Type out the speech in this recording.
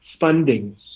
Funding